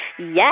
Yes